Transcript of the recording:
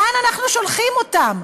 לאן אנחנו שולחים אותם?